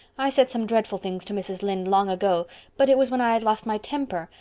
i said some dreadful things to mrs. lynde long ago but it was when i had lost my temper.